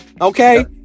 Okay